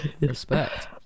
respect